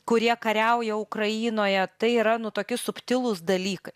kurie kariauja ukrainoje tai yra nu toki subtilūs dalykai